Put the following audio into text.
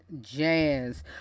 jazz